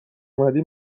اومده